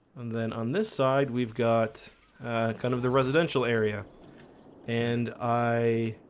and then on this side we've got kind of the residential area and i